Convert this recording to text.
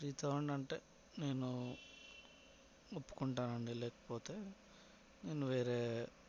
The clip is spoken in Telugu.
త్రీ థౌజండ్ అంటే నేను ఒప్పుకుంటానండి లేకపోతే నేను వేరే